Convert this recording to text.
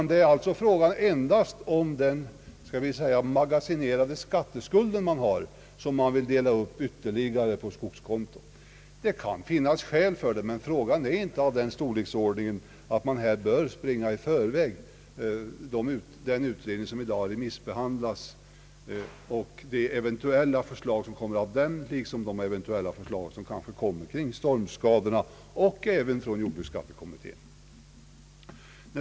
Det är endast fråga om den skall vi säga magasinerade skatteskulden man har som ytterligare delas upp på skogskonto. Det kan finnas skäl för det, men frågan är inte av den storleksordningen att man bör föregå den utredning som är under remissbehandling och de eventuella förslag som kommer från den liksom de förslag som kommer på grund av stormskadorna samt även från jordbruksbeskattningskommittén.